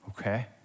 okay